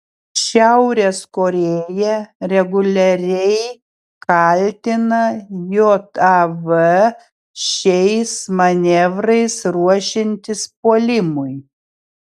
šiaurės korėja reguliariai kaltina jav šiais manevrais ruošiantis puolimui